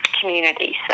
community